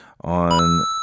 on